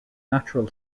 natural